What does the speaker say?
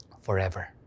forever